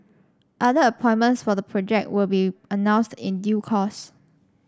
other appointments for the project will be announced in due course